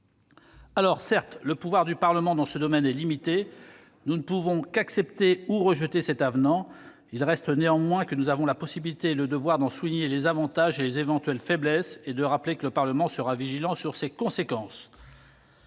Alors, certes, le pouvoir du Parlement dans ce domaine est limité. Nous ne pouvons qu'accepter ou rejeter cet avenant. Il reste néanmoins que nous avons la possibilité, et le devoir, d'en souligner les avantages et les éventuelles faiblesses, et de rappeler que le Parlement sera vigilant sur ses conséquences.